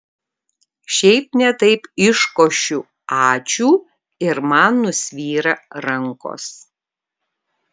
šiaip ne taip iškošiu ačiū ir man nusvyra rankos